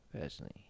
personally